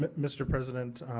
mr. president,